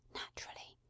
naturally